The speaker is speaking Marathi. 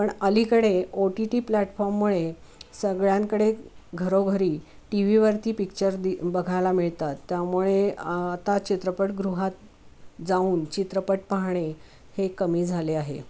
पण अलीकडे ओ टी टी प्लॅटफॉर्ममुळे सगळ्यांकडे घरोघरी टी व्हीवरती पिच्चर दि बघायला मिळतात त्यामुळे आता चित्रपटगृहात जाऊन चित्रपट पाहणे हे कमी झाले आहे